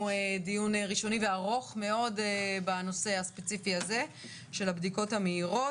דיון ראשוני וארוך מאוד בנושא הספציפי הזה של הבדיקות המהירות.